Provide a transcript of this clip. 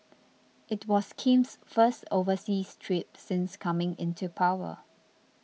it was Kim's first overseas trip since coming into power